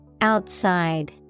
Outside